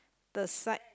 the side